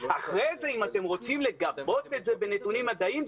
אחרי זה אם אתם רוצים לגבות את זה בנתונים מדעיים,